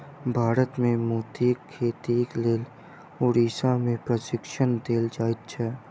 भारत मे मोतीक खेतीक लेल उड़ीसा मे प्रशिक्षण देल जाइत छै